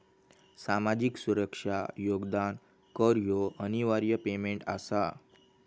सामाजिक सुरक्षा योगदान कर ह्यो अनिवार्य पेमेंट आसा